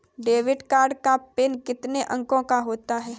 Debit card का pin कितने अंकों का होता है?